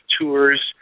tours